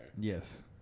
Yes